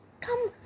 Come